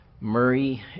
Murray